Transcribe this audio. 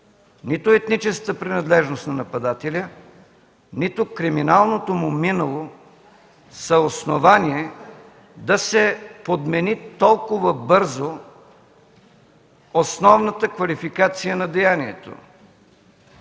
нито етническата принадлежност на нападателя, нито криминалното му минало са основание да се подмени толкова бързо основната квалификация на деянието